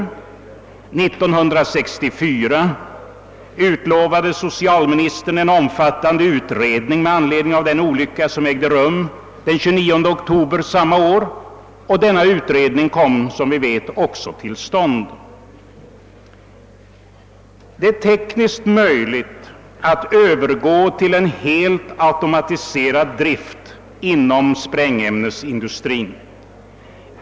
1964 utlovade socialministern en omfattande utredning med anledning av den olycka som inträffade den 29 oktober samma år, och denna utredning kom, som vi vet, också till stånd. Det är tekniskt möjligt att övergå till helt automatiserad drift inom sprängämnesindustrin.